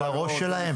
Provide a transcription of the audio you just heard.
על הראש שלהם.